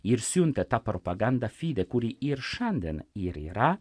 ir siuntė tą propagandą fidė kuri ir šiandien ir yra